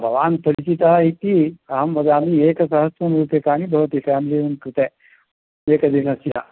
भवान् परिचितः इति अहं वदामि एकसहस्ररूप्यकाणि भवति फ़ेमिलि रूम् कृते एकदिनस्य